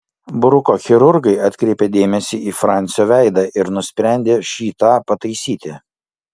bruko chirurgai atkreipė dėmesį į fransio veidą ir nusprendė šį tą pataisyti